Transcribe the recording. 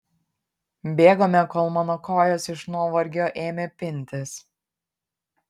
bėgome kol mano kojos iš nuovargio ėmė pintis